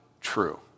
True